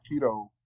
keto